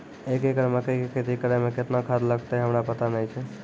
एक एकरऽ मकई के खेती करै मे केतना खाद लागतै हमरा पता नैय छै?